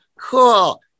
Cool